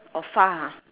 oh far ah